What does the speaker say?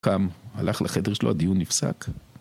קם, הלך לחדר שלו, הדיון נפסק.